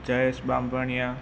Jayesh Bambhaniya